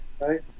Right